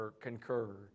concur